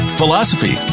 philosophy